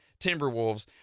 Timberwolves